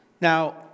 Now